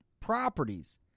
properties